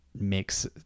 makes